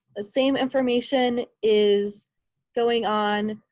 the same information is going on,